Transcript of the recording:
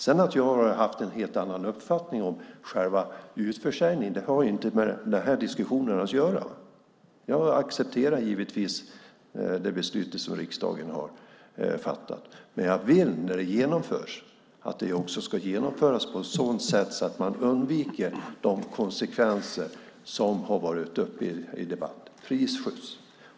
Att jag sedan har haft en helt annan uppfattning om själva utförsäljningen har inte med den här diskussionen att göra. Jag accepterar givetvis det beslut som riksdagen har fattat. Men jag vill när det genomförs att det ska genomföras på ett sådant sätt att man undviker de konsekvenser som har tagits upp i debatten som till exempel prisskjuts.